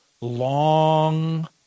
long